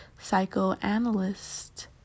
psychoanalyst